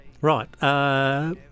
Right